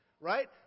Right